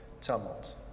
tumult